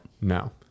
No